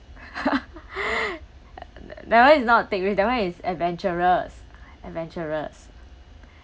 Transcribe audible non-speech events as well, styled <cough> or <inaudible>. <laughs> <breath> that one is not take risk that one is adventurous adventurous